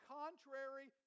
contrary